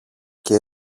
και